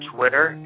Twitter